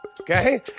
Okay